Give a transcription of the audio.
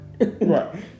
Right